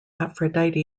aphrodite